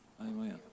Amen